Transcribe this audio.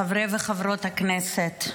חברי וחברות הכנסת,